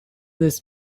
this